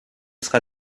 sera